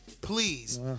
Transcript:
Please